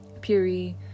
puree